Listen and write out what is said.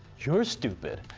you're stupid.